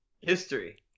History